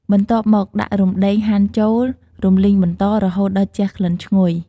បន្ទាប់មកដាក់រំដេងហាន់ចូល រំលីងបន្តរហូតដល់ជះក្លិនឈ្ងុយ។